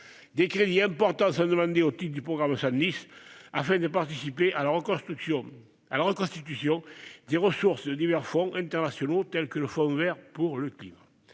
des crédits importants sont demandés au titre du programme 110, afin de participer à la reconstitution des ressources de divers fonds internationaux, tels que le Fonds vert pour le climat.